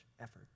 effort